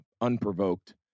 unprovoked